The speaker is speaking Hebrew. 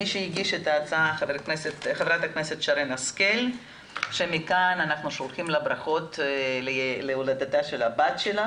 הגישו את ההצעה ח"כ שרן השכל שמכאן אנחנו שולחים לה ברכות להולדת הבת.